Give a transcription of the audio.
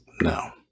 No